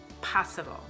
possible